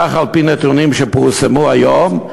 כך על-פי נתונים שפורסמו היום,